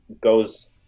goes